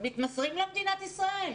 מתמסרים למדינת ישראל,